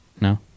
No